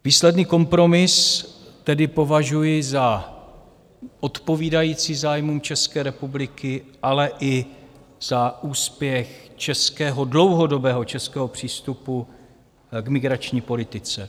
Výsledný kompromis tedy považuji za odpovídající zájmům České republiky, ale i za úspěch českého, dlouhodobého českého přístupu k migrační politice.